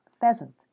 pheasant